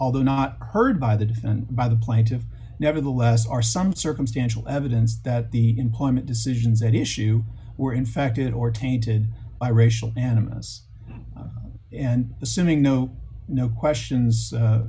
although not heard by the by the plaintiffs nevertheless are some circumstantial evidence that the employment decisions at issue were infected or tainted by racial animus and the simming no no questions